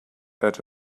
that